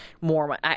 more